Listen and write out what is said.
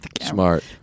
smart